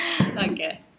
okay